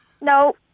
No